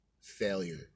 failure